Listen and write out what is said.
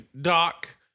Doc